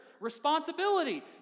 Responsibility